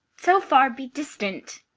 so far be distant